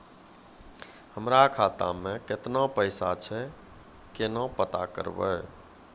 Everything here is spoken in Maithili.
हमरा खाता मे केतना पैसा छै, केना पता करबै?